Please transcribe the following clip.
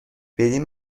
بدین